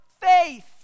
faith